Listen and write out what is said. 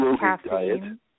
caffeine